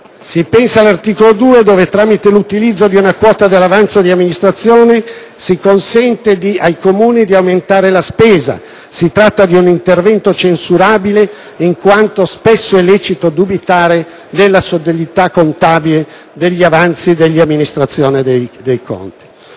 Si pensi all'articolo 2, dove, tramite l'utilizzo di una quota dell'avanzo di amministrazione, si consente ai Comuni di aumentare la spesa. Si tratta di un intervento censurabile, in quanto spesso è lecito dubitare della solidità contabile degli avanzi di amministrazione dei Comuni.